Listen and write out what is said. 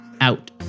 out